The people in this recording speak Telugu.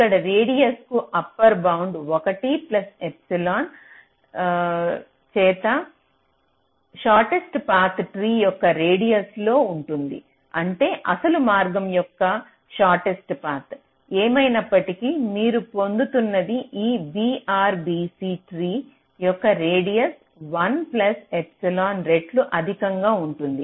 ఇక్కడ రేడియస్ కు అప్పర్ బౌండ్ 1 ప్లస్ ఎప్సిలాన్ చేత షార్ట్టెస్ట్ పాత్ ట్రీ యొక్క రేడియస్ లో ఉంటుంది అంటే అసలు మార్గం యొక్క షార్ట్టెస్ట్ పాత్ ఏమైనప్పటికీ మీరు పొందుతున్న ఈ BRBC ట్రీ యొక్క రేడియస్ 1 ప్లస్ ఎప్సిలాన్ రెట్లు అధికంగా ఉంటుంది